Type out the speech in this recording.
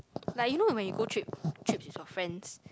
like you know when you go trip trip with your friends